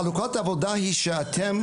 חלוקת העבודה היא שאתם,